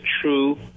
true